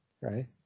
right